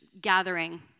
gathering